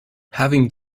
having